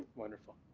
wonderful,